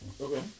Okay